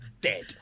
dead